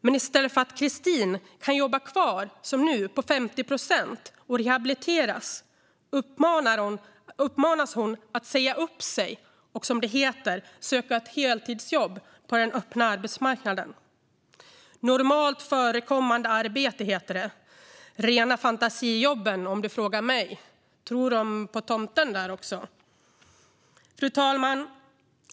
Men i stället för att Christine, som nu, kan jobba kvar på 50 procent och rehabiliteras uppmanas hon att säga upp sig och söka ett heltidsjobb - "normalt förekommande arbete" som det heter - på den öppna arbetsmarknaden. Men det handlar om rena fantasijobben, om du frågar mig. Tror de på tomten också på Försäkringskassan? Fru talman!